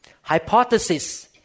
Hypothesis